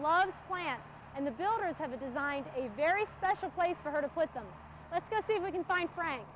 loves plants and the builders have a design a very special place for her to put them let's go see if we can find frank